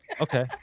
okay